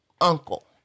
uncle